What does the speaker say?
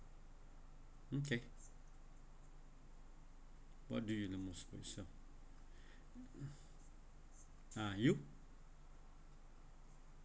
okay what to you the most special ah you